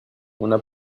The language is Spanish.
una